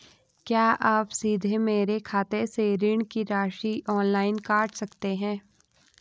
क्या आप सीधे मेरे खाते से ऋण की राशि ऑनलाइन काट सकते हैं?